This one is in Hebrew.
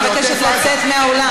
אני קוראת אותך לסדר בפעם השלישית,